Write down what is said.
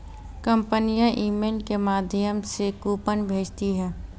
कंपनियां ईमेल के माध्यम से कूपन भेजती है